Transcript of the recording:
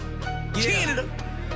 Canada